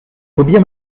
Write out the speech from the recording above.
probier